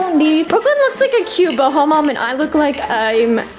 need. brooklyn looks like a cute boho mom, and i look like i'm.